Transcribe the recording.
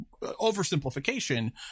oversimplification